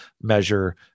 measure